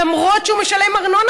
למרות שהוא משלם ארנונה,